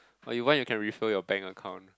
or you want you can refill your bank account